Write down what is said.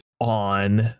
on